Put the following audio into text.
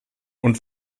und